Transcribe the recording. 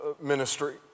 ministry